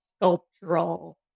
sculptural